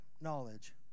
knowledge